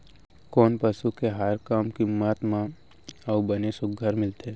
कोन पसु के आहार कम किम्मत म अऊ बने सुघ्घर मिलथे?